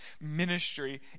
ministry